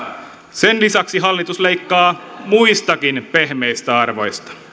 sen lisäksi hallitus leikkaa muistakin pehmeistä arvoista